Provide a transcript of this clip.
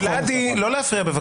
לא להפריע בבקשה.